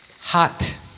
Hot